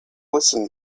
listen